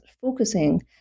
focusing